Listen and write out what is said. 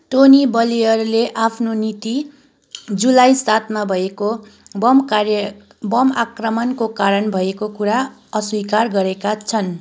Tony ब्लेयरले आफ्नो नीति जुलाई सातमा भएको बम कार्य आक्रमणको कारण भएको कुरा अस्वीकार गरेका छन्